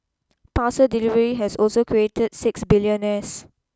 parcel delivery has also create six billionaires